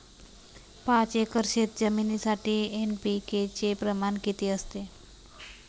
पाच एकर शेतजमिनीसाठी एन.पी.के चे प्रमाण किती असते?